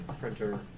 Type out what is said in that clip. printer